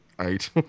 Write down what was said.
eight